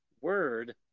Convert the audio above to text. word